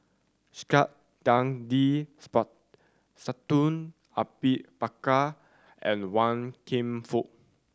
Saktiandi Supaat Sultan Abu Bakar and Wan Kam Fook